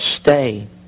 stay